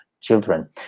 children